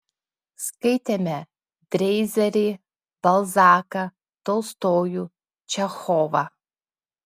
skaitėme dreizerį balzaką tolstojų čechovą